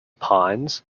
ponds